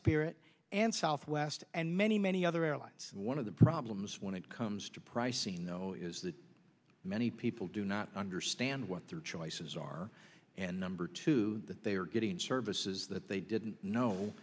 spirit and southwest and many many other airlines one of the problems when it comes to pricing know is that many people do not understand what their choices are and number two that they are getting services that they didn't know